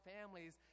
families